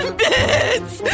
bits